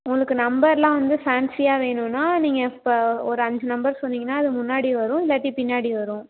உங்களுக்கு நம்பர்லாம் வந்து ஃபேன்சியாக வேணும்ன்னா நீங்கள் இப்போ ஒரு அஞ்சு நம்பர் சொன்னீங்கன்னா அது முன்னாடி வரும் இல்லாட்டி பின்னாடி வரும்